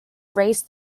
raise